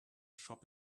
shop